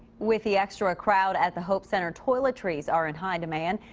with the extra crowd at the hope center. toiletries are in high demand.